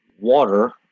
Water